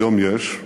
היום יש,